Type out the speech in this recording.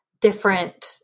different